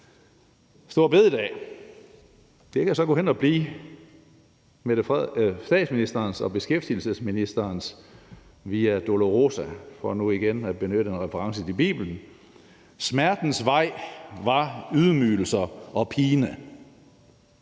Store bededag kan så gå hen at blive statsministerens og beskæftigelsesministerens Via Dolorosa – for nu igen at benytte en reference til Bibelen; smertens vej var ydmygelser og pine.